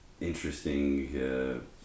interesting